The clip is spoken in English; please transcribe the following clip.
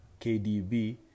KDB